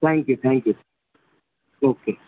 thank you thank you okay